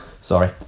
sorry